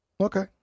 Okay